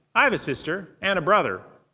i have a sister and a brother.